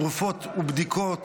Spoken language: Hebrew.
תרופות ובדיקות,